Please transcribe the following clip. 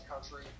country